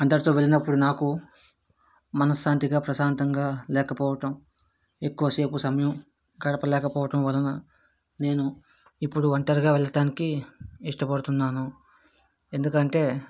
అందరితో వెళ్ళినప్పుడు నాకు మనఃశాంతిగా ప్రశాంతంగా లేకపోవటం ఎక్కువసేపు సమయం గడపలేకపోవటం వలన నేను ఇప్పుడు ఒంటరిగా వెళ్లటానికి ఇష్టపడుతున్నాను ఎందుకంటే